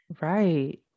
Right